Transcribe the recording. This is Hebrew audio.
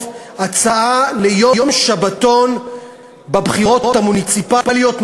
הצעה ליום שבתון בבחירות המוניציפליות,